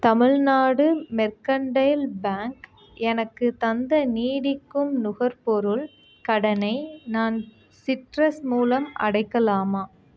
Tamil Nadu mercantile bank எனக்குத் தந்த நீடிக்கும் நுகர்பொருள் கடனை நான் சிட்ரஸ் மூலம் அடைக்கலாமா